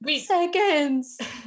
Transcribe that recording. Seconds